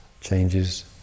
changes